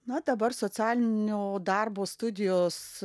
na dabar socialinio darbo studijos